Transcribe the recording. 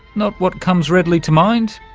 not what comes readily to mind?